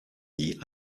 wie